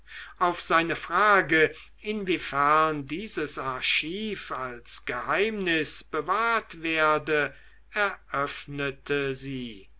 auf seine frage inwiefern dieses archiv als geheimnis bewahrt werde eröffnete sie